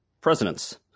presidents